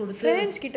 குடுத்து:kuduthu